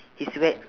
he's wea~